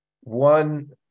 one